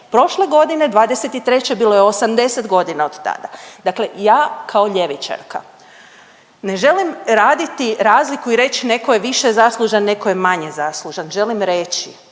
Prošle godine '23. bilo je 80 godina od tada. Dakle ja kao ljevičarka ne želim raditi razliku i reć netko je više zaslužan, netko je manje zaslužan. Želim reći